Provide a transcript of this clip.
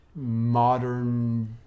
modern